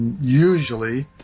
usually